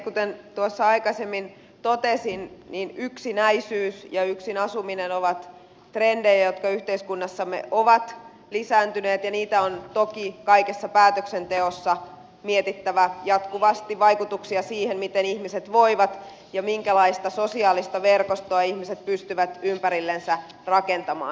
kuten tuossa aikaisemmin totesin yksinäisyys ja yksin asuminen ovat trendejä jotka yhteiskunnassamme ovat lisääntyneet ja niitä on toki kaikessa päätöksenteossa mietittävä jatkuvasti vaikutuksia siihen miten ihmiset voivat ja minkälaista sosiaalista verkostoa ihmiset pystyvät ympärillensä rakentamaan